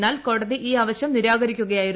എന്നാൽ കോടതി ഈ ആവശ്യം നിരാകരിക്കുകയായിരുന്നു